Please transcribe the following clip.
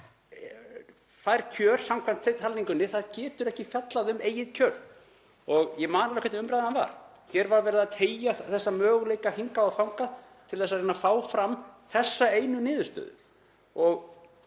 fær kjör samkvæmt talningunni getur ekki fjallað um eigið kjör. Ég man hvernig umræðan var. Hér var verið að teygja þessa möguleika hingað og þangað til að reyna að fá fram þessa einu niðurstöðu.